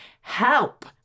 Help